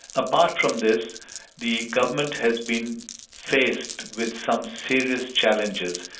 apart from this the government has been faced with some serious challenges.